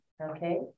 Okay